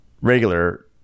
regular